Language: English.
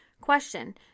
Question